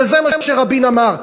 וזה מה שרבין אמר,